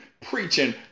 preaching